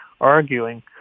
arguing